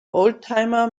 oldtimer